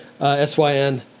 S-Y-N